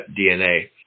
DNA